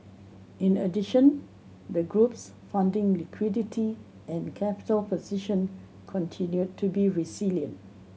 in addition the group's funding liquidity and capital position continued to be resilient